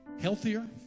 healthier